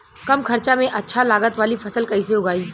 कम खर्चा में अच्छा लागत वाली फसल कैसे उगाई?